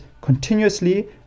continuously